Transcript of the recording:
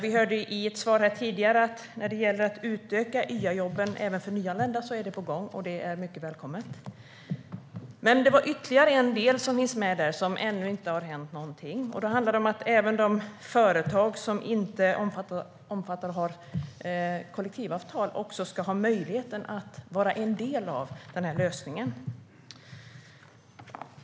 Vi hörde i ett svar här tidigare att det är på gång att utöka YA-jobben till att gälla även nyanlända, och det är mycket välkommet. Men det finns en annan del i överenskommelsen där det ännu inte har hänt någonting. Då handlar det om att även de företag som inte omfattas av kollektivavtal ska ha möjlighet att vara en del av den här lösningen.